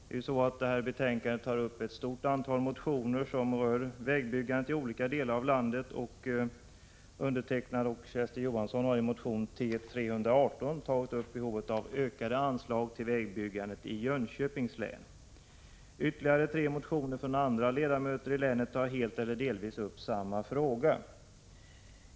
I trafikutskottets betänkande behandlas ett stort antal motioner som gäller vägbyggandet i olika delar av landet. Jag och Kersti Johansson har i motion T318 tagit upp behovet av ökade anslag till vägbyggandet i Jönköpings län. Ytterligare tre motioner som väckts av andra ledamöter från länet tar helt eller delvis upp samma fråga.